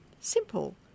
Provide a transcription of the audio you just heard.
simple